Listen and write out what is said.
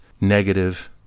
negative